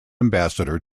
ambassador